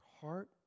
heart